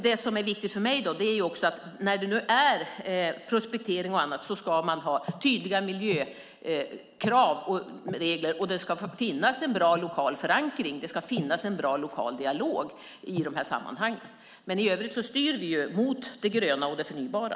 Det som är viktigt för mig är att när det är prospektering och annat ska man ha tydliga miljökrav och regler, och det ska finnas en bra lokal förankring och en bra lokal dialog i de här sammanhangen. I övrigt styr vi mot det gröna och det förnybara.